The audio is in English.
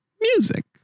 Music